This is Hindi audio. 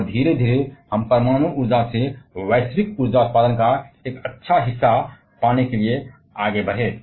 और धीरे धीरे हम परमाणु ऊर्जा से वैश्विक ऊर्जा उत्पादन का एक अच्छा हिस्सा पाने के लिए आगे बढ़े